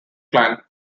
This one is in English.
clan